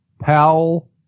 Powell